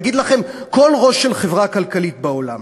יגיד לכם כל ראש של חברה כלכלית בעולם.